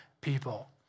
people